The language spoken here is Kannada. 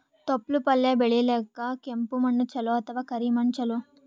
ತೊಪ್ಲಪಲ್ಯ ಬೆಳೆಯಲಿಕ ಕೆಂಪು ಮಣ್ಣು ಚಲೋ ಅಥವ ಕರಿ ಮಣ್ಣು ಚಲೋ?